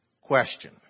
question